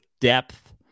depth